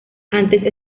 ante